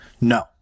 No